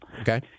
Okay